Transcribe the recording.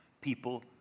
people